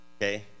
okay